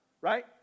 right